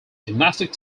gymnastic